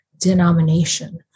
denomination